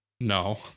No